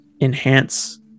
enhance